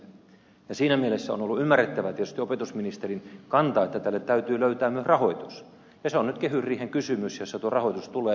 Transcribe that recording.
ja siinä mielessä on ollut ymmärrettävä tietysti opetusministerin kanta että tälle täytyy löytää myös rahoitus ja se on nyt kehysriihen kysymys jossa tuo rahoitus tulee